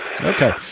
Okay